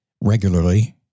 regularly